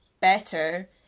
better